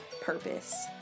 purpose